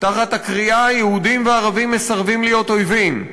תחת הקריאה: יהודים וערבים מסרבים להיות אויבים,